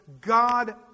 God